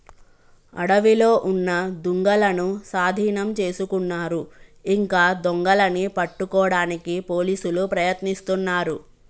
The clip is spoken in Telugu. అడవిలో ఉన్న దుంగలనూ సాధీనం చేసుకున్నారు ఇంకా దొంగలని పట్టుకోడానికి పోలీసులు ప్రయత్నిస్తున్నారు